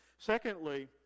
Secondly